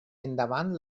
endavant